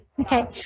Okay